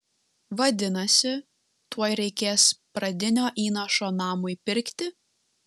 vadinasi tuoj reikės pradinio įnašo namui pirkti